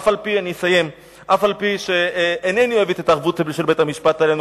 אף-על-פי שאינני אוהב את ההתערבות של בית-המשפט העליון,